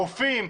רופאים,